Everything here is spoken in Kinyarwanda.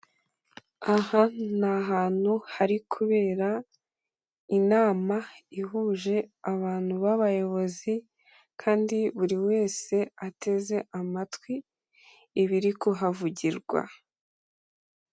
Aha ni ahantu hari kubera inama ihuje abantu b'abayobozi kandi buri wese ateze amatwi ibiri kuhavugirwa.